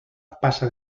passa